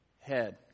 head